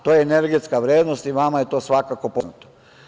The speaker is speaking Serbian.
To je energetska vrednost i vama je svako poznato.